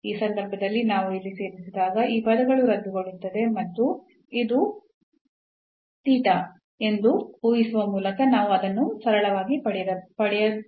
ಈ ಸಂದರ್ಭದಲ್ಲಿ ನಾವು ಇಲ್ಲಿ ಸೇರಿಸಿದಾಗ ಈ ಪದಗಳು ರದ್ದುಗೊಳ್ಳುತ್ತದೆ ಮತ್ತು ಇದು ಎಂದು ಊಹಿಸುವ ಮೂಲಕ ನಾವು ಇದನ್ನು ಸರಳವಾಗಿ ಪಡೆಯಬಹುದು